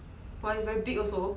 why very big also